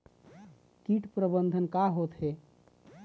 कीट प्रबंधन का होथे?